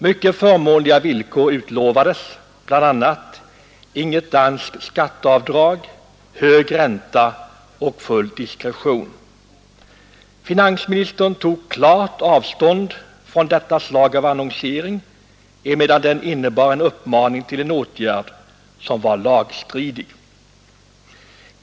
Mycket förmånliga villkor utlovades — bl.a. inget danskt skatteavdrag, hög ränta och full diskretion. Finansministern tog klart avstånd från detta slag av annonsering, emedan den innebar en uppmaning till en åtgärd som var lagstridig.